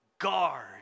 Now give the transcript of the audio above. guard